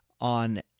on